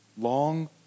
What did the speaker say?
Long